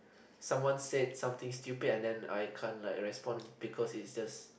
someone said something stupid and then I can't like respond because it just